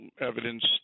evidence